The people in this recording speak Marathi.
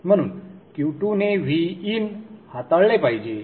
म्हणून Q2 ने Vin हाताळले पाहिजे